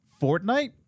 fortnite